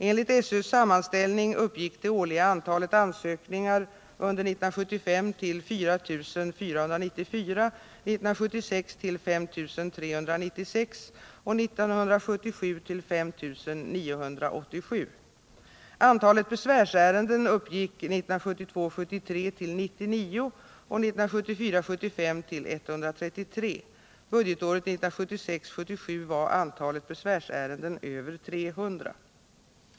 Enligt SÖ:s sammanställning uppgick det årliga antalet ansökningar under 1975 till 4 494, 1976 till 5 396 och 1977 till 5 987.